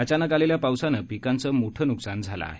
अचानक आलेल्या पावसामुळे पिकांचं मोठे नुकसान झालं आहे